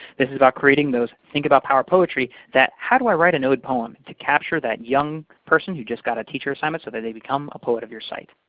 this is about creating those think about power poetry, that how do i write an ode poem? to capture that young person who just got a teacher assignment, so that they become a poet of your site.